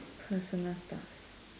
personal stuff